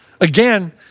Again